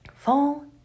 Fall